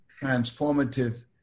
transformative